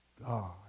God